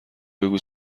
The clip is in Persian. بگو